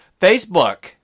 Facebook